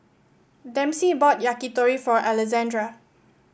Dempsey bought Yakitori for Alessandra